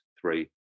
three